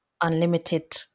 unlimited